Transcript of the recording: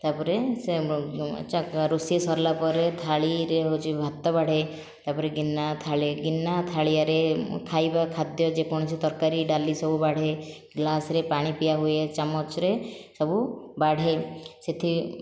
ତା'ପରେ ସେ ରୋଷେଇ ସାରିଲା ପରେ ଥାଳିରେ ହେଉଛି ଭାତ ବାଢ଼େ ତା'ପରେ ଗିନା ଥାଳି ଗିନା ଥାଳିଆରେ ଖାଇବା ଖାଦ୍ୟ ଯେକୌଣସି ତରକାରୀ ଡାଲି ସବୁ ବାଢ଼େ ଗ୍ଲାସରେ ପାଣି ପିଆ ହୁଏ ଚାମଚରେ ସବୁ ବାଢ଼େ ସେଠି